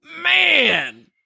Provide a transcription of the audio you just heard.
man